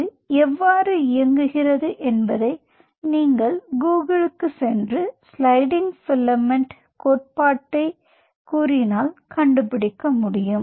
அது எவ்வாறு இயங்குகிறது என்பதை நீங்கள் கூகிளுக்குச் சென்று ஸ்லைடிங் பிலமென்ட் கோட்பாட்டைக் கூறினால் கண்டுபிடிக்க முடியும்